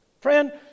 friend